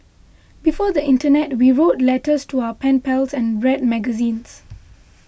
before the internet we wrote letters to our pen pals and read magazines